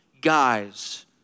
guys